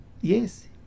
Yes